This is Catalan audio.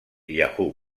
yahoo